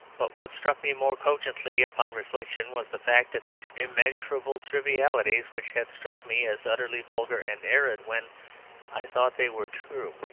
but what struck me more cogently upon reflection was the fact that these immeasurable trivialities, which had struck me as utterly vulgar and arid when i thought they were true,